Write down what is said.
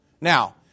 Now